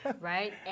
right